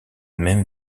même